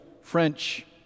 French